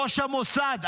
ראש המוסד,